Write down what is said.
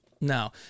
No